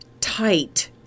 tight